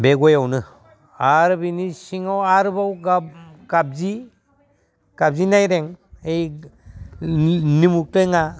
बे गयावनो आरो बेनि सिङाव आरोबाव जि गाबजि नारें ओय निमु थेङा